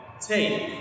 Take